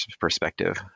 perspective